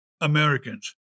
Americans